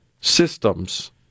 systems